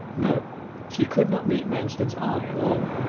no she could not meet manston's eye alone,